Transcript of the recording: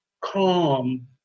calm